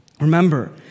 Remember